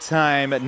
time